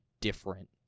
different